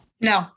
No